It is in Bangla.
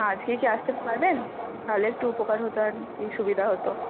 আজকে কি আসতে পারবেন তাহলে একটু উপকার হত আর কি সুবিধা হত